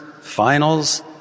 finals